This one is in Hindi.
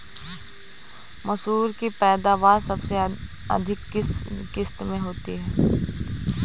मसूर की पैदावार सबसे अधिक किस किश्त में होती है?